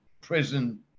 prison